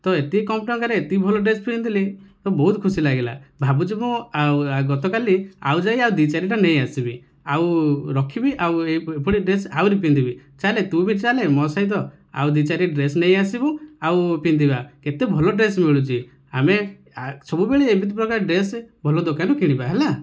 ତ ଏତିକି କମ୍ ଟଙ୍କାରେ ଏତିକି ଭଲ ଡ୍ରେସ ପିନ୍ଧିଲି ତ ବହୁତ ଖୁସି ଲାଗିଲା ଭାବୁଛି ମୁଁ ଆଉ ଗତକାଲି ଆଉ ଯାଇ ଆଉ ଦୁଇ ଚାରିଟା ନେଇ ଆସିବି ଆଉ ରଖିବି ଆଉ ଏଇ ଏଇଭଳି ଡ୍ରେସ ଆହୁରି ପିନ୍ଧିବି ଚାଲେ ତୁ ବି ଚାଲେ ମୋ ସହିତ ଆଉ ଦି ଚାରି ଡ୍ରେସ ନେଇଆସିବୁ ଆଉ ପିନ୍ଧିବା କେତେ ଭଲ ଡ୍ରେସ ମିଳୁଛି ଆମେ ସବୁବେଳେ ଏମିତି ପ୍ରକାର ଡ୍ରେସ ଭଲ ଦୋକାନରୁ କିଣିବା ହେଲା